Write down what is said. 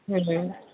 ହୁଁ ହୁଁ